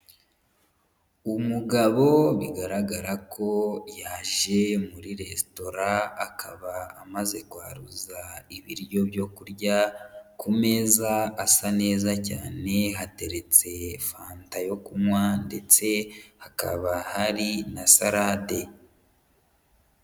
Umugabo bigaragara ko yaje muri resitora, akaba amaze kwaruza ibiryo byo kurya ku meza asa neza cyane hateretse fanta yo kunywa ndetse hakaba hari na salade.